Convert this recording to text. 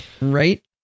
right